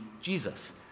Jesus